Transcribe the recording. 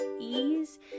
ease